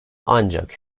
ancak